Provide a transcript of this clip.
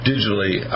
Digitally